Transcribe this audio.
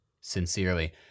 sincerely